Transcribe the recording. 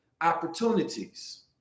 opportunities